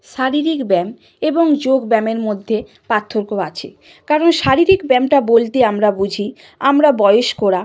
শারীরিক ব্যায়াম এবং যোগব্যায়ামের মধ্যে পার্থক্য আছে কারণ শারীরিক ব্যায়ামটা বলতে আমরা বুঝি আমরা বয়স্করা